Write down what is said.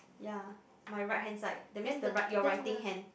ya my right hand side that means the right your writing hand